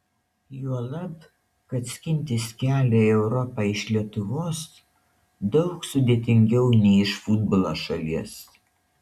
juolab kad skintis kelią į europą iš lietuvos daug sudėtingiau nei iš futbolo šalies